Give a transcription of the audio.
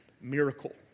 miracle